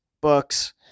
books